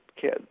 kids